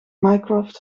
mycroft